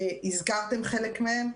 הזכרתם חלק מהם.